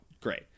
great